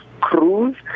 cruise